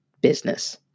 business